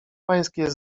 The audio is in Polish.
pańskie